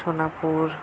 Sonapur